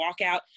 walkout